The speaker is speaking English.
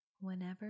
Whenever